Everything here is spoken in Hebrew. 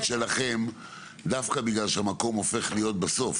שלכם דווקא בגלל שהמקום הופך להיות בסוף